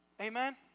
Amen